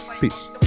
Peace